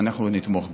אנחנו נתמוך בו,